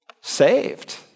Saved